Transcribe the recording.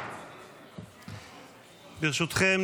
ברשותכם,